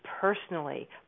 personally